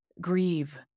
Grieve